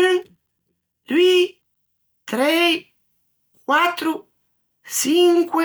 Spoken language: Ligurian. Un, doî, trei, quattro, çinque,